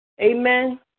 Amen